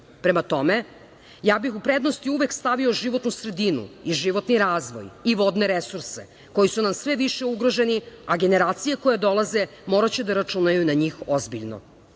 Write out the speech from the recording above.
tome, ja bih u prednost uvek stavila životnu sredinu i životni razvoj i vodne resurse koji nam sve više ugroženi, a generacije koje dolaze moraće da računaju na njih ozbiljno. Mislim